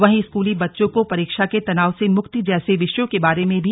वहीं स्कूली बच्चों को परीक्षा के तनाव से मुक्ति जैसे विषयों के बारे में भी बताता है